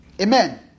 Amen